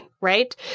Right